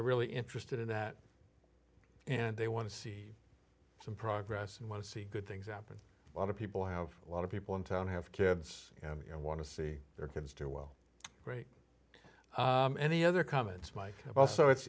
are really interested in that and they want to see some progress and want to see good things happen a lot of people have a lot of people in town have kids you know want to see their kids do well great any other comments mike also it's